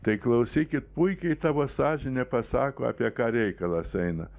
tai klausykit puikiai tavo sąžinė pasako apie ką reikalas eina